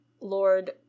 Lord